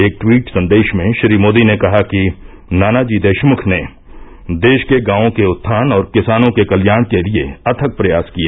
एक ट्वीट संदेश में श्री मोदी ने कहा कि नानाजी देशमुख ने देश के गांवों के उत्यान और किसानों के कल्याण के लिए अथक प्रयास किए